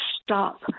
stop